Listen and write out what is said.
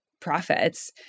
profits